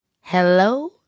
Hello